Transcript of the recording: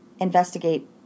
investigate